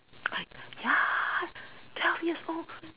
ya twelve years old